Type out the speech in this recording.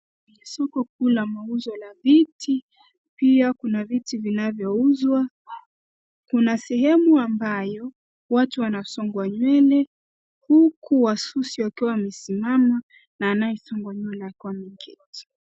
Soko kuu la mauzo la viti. Pia Kuna viti vinavyouzwa .Kuna sehemu ambayo watu wanasongwa nywele, huku wasusi wakiwa wamesimama na anaye songwa nywele akiwa ameketi.